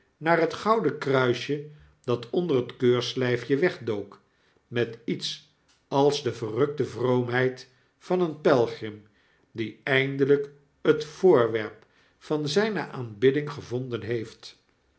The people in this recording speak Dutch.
naar het gouden kruisje dat onder het keurslijfje wegdook met iets als de verrukte vroomheid van een pelgrim die eindelflk het voorwerp van zflne aanbidding gevonden heeft